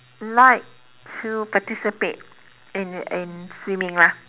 like to participate in in swimming lah